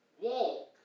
walk